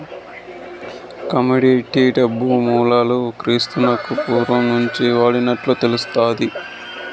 commodity డబ్బు మూలాలు క్రీస్తునకు పూర్వం నుంచే వాడినట్లు తెలుస్తాది